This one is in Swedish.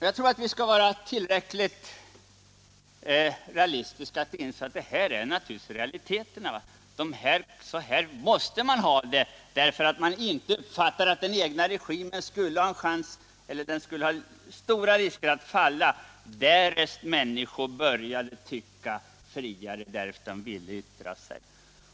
Jag tror vi måste inse att detta är realiteter. Så måste man ha det, därför att den egna regimen skulle löpa stora risker att falla om människor började tycka friare och om de ville yttra sig.